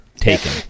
taken